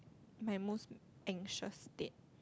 my most anxious state